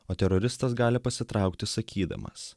o teroristas gali pasitraukti sakydamas